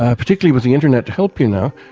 ah particularly with the internet to help you now,